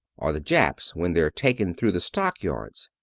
or the japs when they're taken through the stock yards.